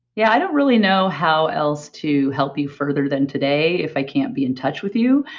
yeah. i don't really know how else to help you further than today if i can't be in touch with you.